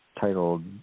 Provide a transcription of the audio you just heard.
titled